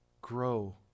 grow